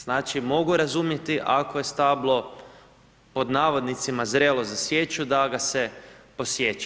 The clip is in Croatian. Znači mogu razumjeti ako je stablo pod navodnicima zrelo za sječu da ga se posječe.